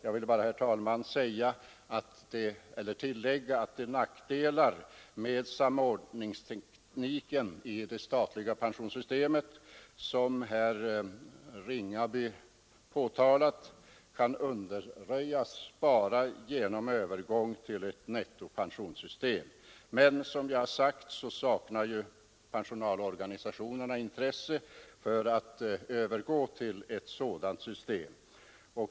Jag vill bara, herr talman, tillägga att de nackdelar med samordningstekniken i det statliga pensionssystemet som herr Ringaby påtalat kan undanröjas bara genom övergång till ett nettopensionssystem. Men som jag sagt saknar personalorganisationerna intresse för att övergå till ett sådant system.